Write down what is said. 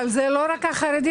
אבל זה לא רק החרדי.